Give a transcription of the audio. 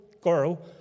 girl